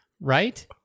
right